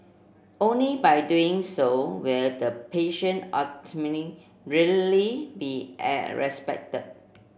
only by doing so will the patient autonomy really be respected